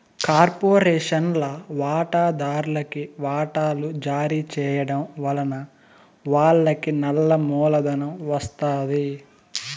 కార్పొరేషన్ల వాటాదార్లుకి వాటలు జారీ చేయడం వలన వాళ్లకి నల్ల మూలధనం ఒస్తాది